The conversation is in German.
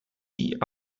sie